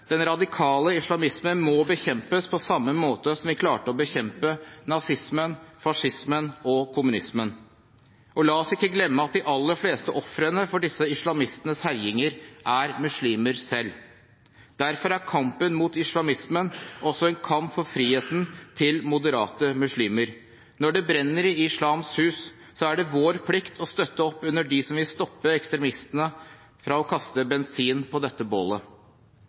Den radikale islamismen må bekjempes på samme måte som vi klarte å bekjempe nazismen, fascismen og kommunismen. La oss ikke glemme at de aller fleste ofrene for disse islamistenes herjinger er muslimer selv. Derfor er kampen mot islamismen også en kamp for friheten til moderate muslimer. Når det brenner i islams hus, er det vår plikt å støtte opp under dem som vil stoppe ekstremistene fra å kaste bensin på dette bålet.